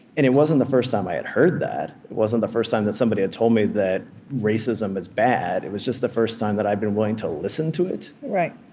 and it wasn't the first time i had heard that it wasn't the first time that somebody had told me that racism is bad. it was just the first time that i'd been willing to listen to it right.